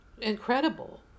incredible